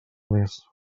més